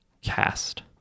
cast